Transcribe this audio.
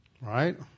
Right